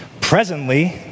presently